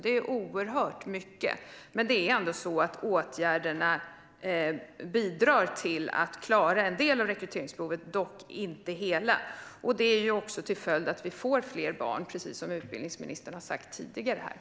Det är oerhört mycket, men åtgärderna bidrar ändå till att klara en del av rekryteringsbehovet, dock inte hela. Precis som utbildningsministern har sagt här tidigare beror detta på att vi får fler barn.